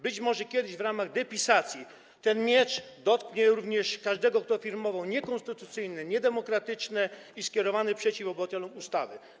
Być może kiedyś w ramach depisacji ten miecz dotknie również każdego, kto firmował niekonstytucyjne, niedemokratyczne i skierowane przeciw obywatelom ustawy.